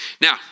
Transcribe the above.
Now